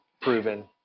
proven